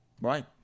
Right